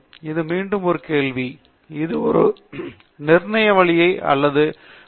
இப்போது மீண்டும் ஒரு கேள்வி இது ஒரு நிர்ணய வழிமுறை அல்லது ஒரு சீரற்ற செயல்பாடாக நான் கருத வேண்டுமா